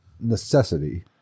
necessity